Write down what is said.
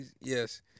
yes